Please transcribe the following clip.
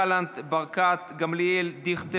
יואב גלנט, ניר ברקת, גילה גמליאל, אבי דיכטר,